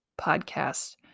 podcast